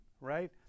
right